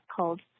called